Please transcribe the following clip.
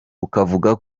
bukavuga